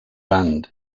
banned